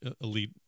elite